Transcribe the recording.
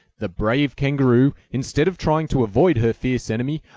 the brave kangaroo, instead of trying to avoid her fierce enemy,